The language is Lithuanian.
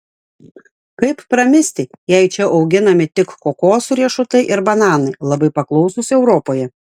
kaip pramisti jei čia auginami tik kokosų riešutai ir bananai labai paklausūs europoje